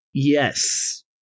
Yes